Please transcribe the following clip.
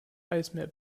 eismeer